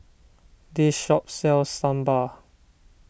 this shop sells Sambal